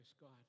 God